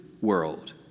world